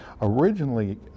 Originally